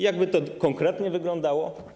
Jak by to konkretnie wyglądało?